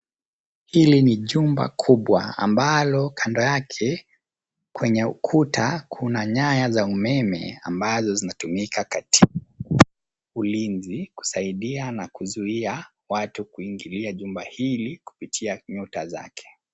Hili ni jumba kubwa ambalo kando yake kwenye ukuta kuna nyaya za umeme ambazo zinatumika katika ulinzi kusaidia na kuzuia watu kuingililia jumba hili kupitia nyota zake.